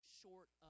short